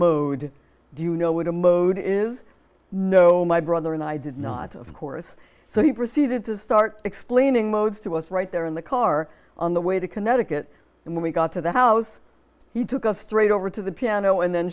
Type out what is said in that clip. do you know what a mode is no my brother and i did not of course so he proceeded to start explaining modes to us right there in the car on the way to connecticut and when we got to the house he took us three over to the piano and then